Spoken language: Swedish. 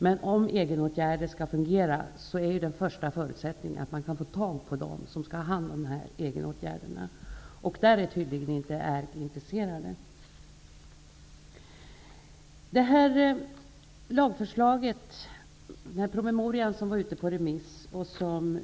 Men om egenåtgärder skall fungera är den första förutsättningen att man kan få tag på dem som skall ha hand om egenåtgärderna. Där är tydligen inte ERK intresserade.